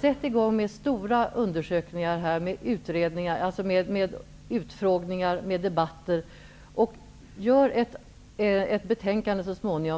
Sätt i gång med stora undersökningar, utfrågningar och debatter! Skriv så småningom ett betänkande